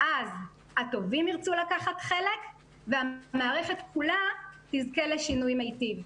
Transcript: אז הטובים ירצו לקחת חלק והמערכת כולה תזכה לשינוי מיטיב.